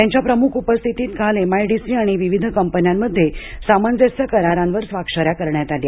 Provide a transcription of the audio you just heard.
त्यांच्या प्रमुख उपस्थितीत काल एमआयडीसी आणि विविध कंपन्यामध्ये सामंजस्य करारांवर स्वाक्ष या करण्यात आल्या